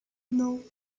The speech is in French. non